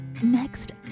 Next